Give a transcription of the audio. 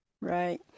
Right